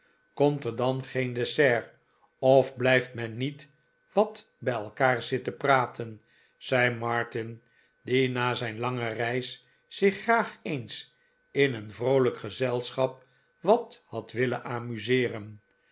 komt er dan geen dessert of blijft men niet wat bij elkaar zitten praten zei martin die na zijn lange reis zich graag eens in een vroolijk gezelschap wat had willen amuseeren